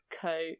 coat